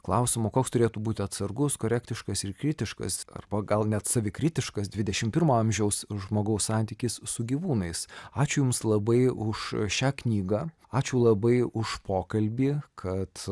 klausimo koks turėtų būti atsargus korektiškas ir kritiškas arba gal net savikritiškas dvidešimt pirmo amžiaus žmogaus santykis su gyvūnais ačiū jums labai už šią knygą ačiū labai už pokalbį kad